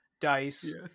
dice